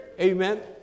Amen